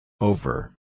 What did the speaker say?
Over